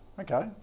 Okay